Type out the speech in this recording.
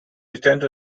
returned